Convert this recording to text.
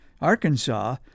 Arkansas